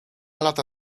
lata